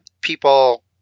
people